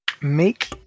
Make